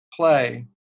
play